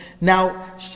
now